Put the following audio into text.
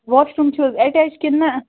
wash room چھِ حظ attach کِنہٕ نہٕ